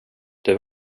det